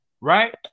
Right